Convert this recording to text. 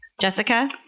Jessica